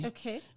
Okay